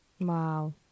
wow